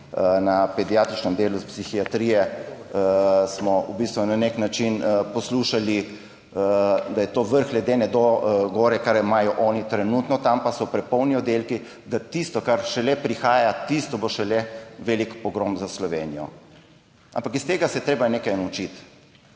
na pediatričnem delu s psihiatrije, smo v bistvu na nek način poslušali, da je to vrh ledene gore, kar imajo oni trenutno tam, pa so prepolni oddelki, da tisto, kar šele prihaja, tisto bo šele velik pogrom za Slovenijo. Ampak iz tega se je treba nekaj naučiti.